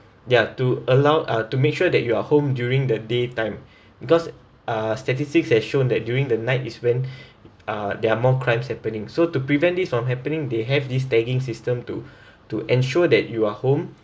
ya to allow uh to make sure that you are home during the day time because uh statistics has shown that during the night is when uh there are more crimes happening so to prevent this from happening they have this tagging system to to ensure that you are home